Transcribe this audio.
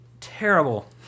terrible